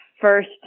First